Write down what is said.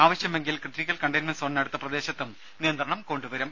ആവശ്യമെങ്കിൽ critical containment സോണിനടുത്ത പ്രദേശത്തും നിയന്ത്രണം കൊണ്ട് വരും